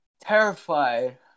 terrified